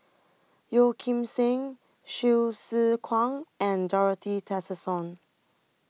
Yeo Kim Seng Hsu Tse Kwang and Dorothy Tessensohn